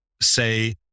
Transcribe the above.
say